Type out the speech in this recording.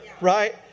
right